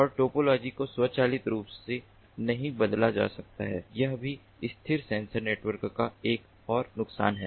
और टोपोलॉजी को स्वचालित रूप से नहीं बदला जा सकता है यह भी स्थिर सेंसर नेटवर्क का एक और नुकसान है